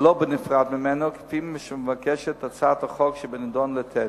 ולא בנפרד ממנה כפי שמבקשת הצעת החוק שבנדון לתת.